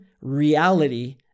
reality